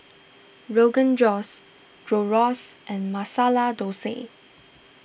Rogan Josh Gyros and Masala Dosa